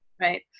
right